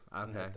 okay